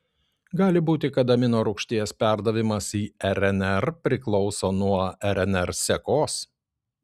gali būti kad aminorūgšties perdavimas į rnr priklauso nuo rnr sekos